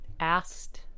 Asked